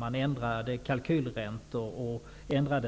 De ändrade kalkylräntor och